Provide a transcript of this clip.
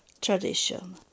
tradition